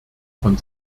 von